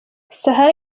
sahara